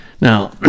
Now